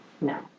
No